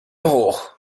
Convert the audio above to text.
hoch